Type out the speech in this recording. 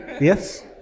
yes